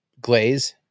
glaze